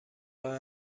راه